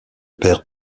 père